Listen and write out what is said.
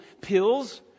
pills